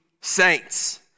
Saints